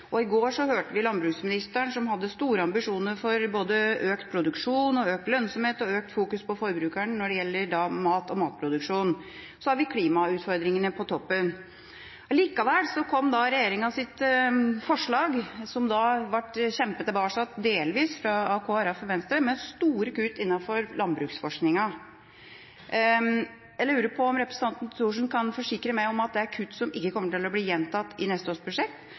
og i går hørte vi landbruksministeren som hadde store ambisjoner for økt produksjon, økt lønnsomhet og økt fokus på forbrukeren når det gjelder mat og matproduksjon. Så har vi klimautfordringene på toppen. Likevel kom regjeringas forslag, som delvis ble kjempet tilbake av Kristelig Folkeparti og Venstre, med store kutt innenfor landbruksforskningen. Kan representanten Thorsen forsikre meg om at det er kutt som ikke kommer til å bli gjentatt i neste års